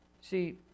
See